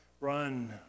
Run